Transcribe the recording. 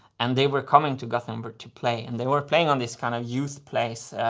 and they were coming to gothenburg to play. and they were playing on this kind of youth place,